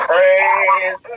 Praise